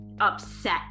upset